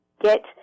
get